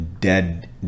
Dead